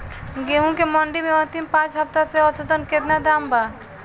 गेंहू के मंडी मे अंतिम पाँच हफ्ता से औसतन केतना दाम बा?